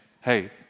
Hey